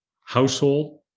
household